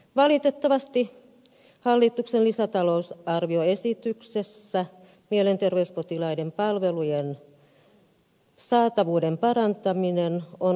valitettavasti hallituksen talousarvioesityksessä mielenterveyspotilaiden palvelujen saatavuuden parantaminen on unohdettu